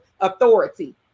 authority